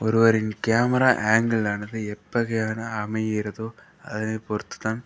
ஒருவரின் கேமரா ஆங்கிளானது எப்பகையான அமைகிறதோ அதனை பொறுத்து தான்